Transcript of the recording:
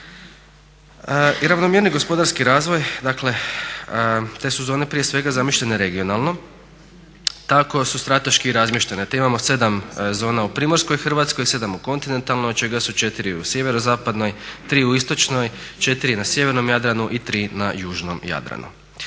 I ravnomjerniji gospodarski razvoj dakle te su zone prije svega zamišljene regionalno, tako su strateški i razmještene. Imamo 7 zona u primorskoj Hrvatskoj, 7 u kontinentalnoj od čega su 4 u sjeverozapadnoj, 3 u istočnoj, 4 na sjevernom Jadranu i 3 na južnom Jadranu.